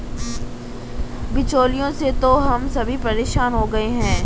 बिचौलियों से तो हम सभी परेशान हो गए हैं